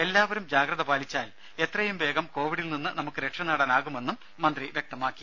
എല്ലാവരും ജാഗ്രത പാലിച്ചാൽ എത്രയും വേഗം കോവിഡിൽ നിന്ന് നമുക്ക് രക്ഷ നേടാനാകുമെന്നും മന്ത്രി വ്യക്തമാക്കി